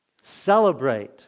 Celebrate